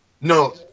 No